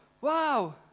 wow